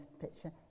picture